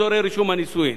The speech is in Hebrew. אשה או גבר,